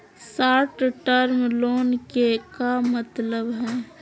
Short term loan के का मतलब हई?